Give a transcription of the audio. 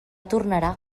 tornarà